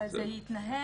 אבל זה מתנהל,